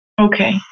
Okay